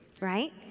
right